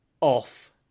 off